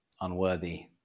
unworthy